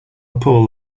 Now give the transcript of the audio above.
paul